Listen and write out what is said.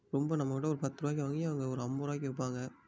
ரொம்ப நம்மக்கிட்ட ஒரு பத்துருபாய்க்கு வாங்கி அவங்க ஒரு ஐம்பதுருபாய்க்கு விற்பாங்க